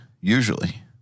usually